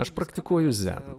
aš praktikuoju zen